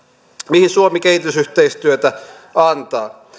mihin suomi kehitysyhteistyötä antaa